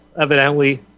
evidently